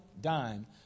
dime